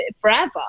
forever